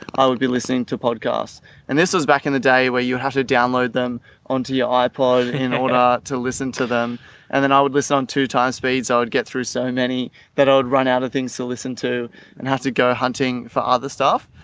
i will be listening to podcasts and this was back in the day where you have to download them onto your ipod in order to listen to them and then i would listen on two times speed. so i would get through so many that i would run out of things to listen to and have to go hunting for other stuff.